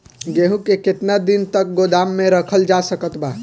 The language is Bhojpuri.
गेहूँ के केतना दिन तक गोदाम मे रखल जा सकत बा?